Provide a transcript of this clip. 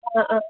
ꯑꯥ ꯑꯥ